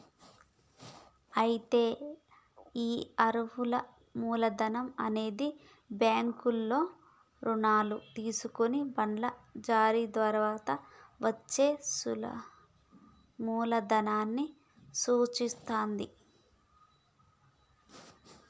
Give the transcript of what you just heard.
అయితే ఈ అరువు మూలధనం అనేది బ్యాంకుల్లో రుణాలు తీసుకొని బాండ్లు జారీ ద్వారా వచ్చే మూలదనాన్ని సూచిత్తది